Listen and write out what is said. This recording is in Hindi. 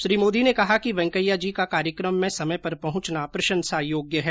श्री मोदी ने कहा कि वैकेयाजी का कार्यक्रम में समय पर पहुंचना प्रशंसा योग्य है